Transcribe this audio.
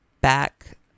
back